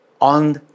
on